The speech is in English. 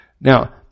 Now